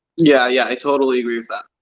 yeah, yeah, i totally agree with that.